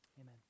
amen